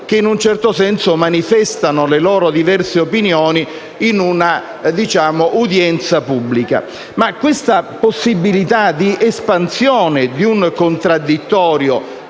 che, in un certo senso, manifestano le loro diverse opinioni in un'udienza pubblica. Questa possibilità di espansione di un contraddittorio,